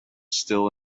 still